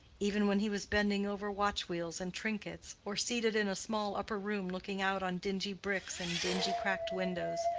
even when he was bending over watch-wheels and trinkets, or seated in a small upper room looking out on dingy bricks and dingy cracked windows,